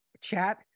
chat